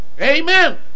Amen